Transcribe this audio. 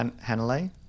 Hanalei